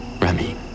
Remy